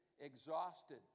exhausted